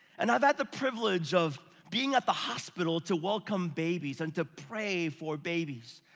and i've had the privilege of being at the hospital to welcome babies, and to pray for babies.